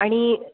आणि